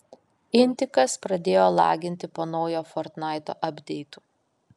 intikas pradėjo laginti po naujo fortnaito apdeitų